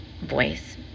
voice